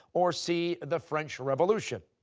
or c, the french revolution?